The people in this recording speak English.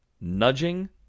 nudging